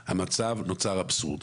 נוצר מצב אבסורדי.